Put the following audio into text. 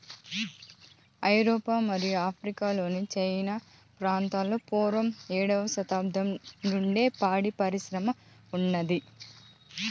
ఐరోపా మరియు ఆఫ్రికా లోని చానా ప్రాంతాలలో పూర్వం ఏడవ శతాబ్దం నుండే పాడి పరిశ్రమ ఉన్నాది